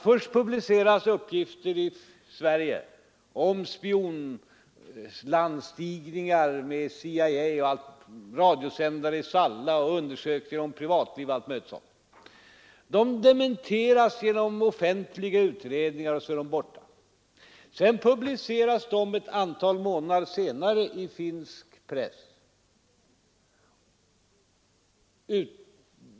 Först publiceras uppgifter i Sverige om spionlandstigningar med CIA, radiosändare i Salla, undersökningar av privatliv och allt möjligt sådant. De dementeras genom offentliga utredningar, och så är de borta. Ett antal månader senare publiceras de i finsk press.